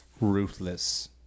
ruthless